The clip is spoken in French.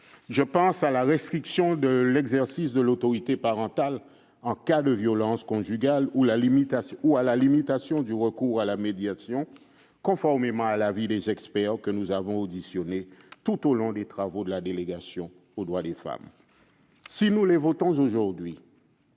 Je pense à la restriction de l'exercice de l'autorité parentale en cas de violences conjugales ou à la limitation du recours à la médiation, conformément à l'avis des experts que nous avons auditionnés tout au long des travaux de la délégation aux droits des femmes. Si nous les votons aujourd'hui,